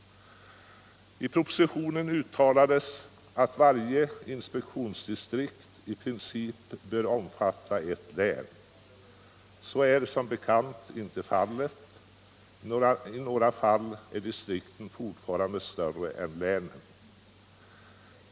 I propositionen uttalades att varje inspektionsdistrikt i princip bör omfatta ett län. Så är som bekant inte fallet. I några fall är distrikten fortfarande större än länet.